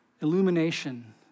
illumination